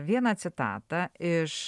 vieną citatą iš